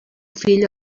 fill